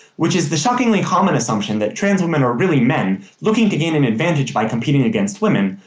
which is the shockingly common assumption that trans women are really men looking to gain an advantage by competing against women,